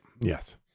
Yes